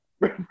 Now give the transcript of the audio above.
right